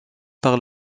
par